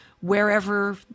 wherever